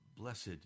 Blessed